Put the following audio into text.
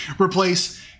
replace